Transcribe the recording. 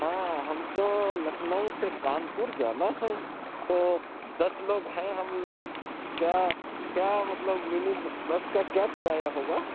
ہاں ہم کو لکھنؤ سے کانپور جانا ہے تو دس لوگ ہیں ہم لوگ کیا کیا مطلب مینی بس کا کیا کرایا ہوگا